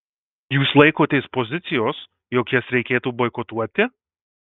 jūs laikotės pozicijos jog jas reikėtų boikotuoti